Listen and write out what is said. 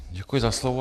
Děkuji za slovo.